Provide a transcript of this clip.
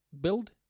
Build